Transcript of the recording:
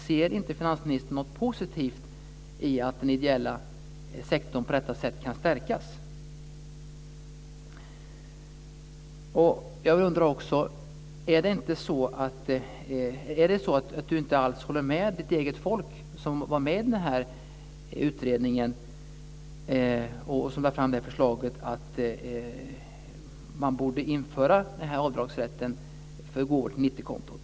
Ser inte finansministern något positivt i att den ideella sektorn på detta sätt kan stärkas? Jag undrar också: Är det så att finansministern inte alls håller med sitt eget folk, som var med i utredningen som lade fram förslaget om att man borde införa avdragsrätten för gåvor till 90-kontot?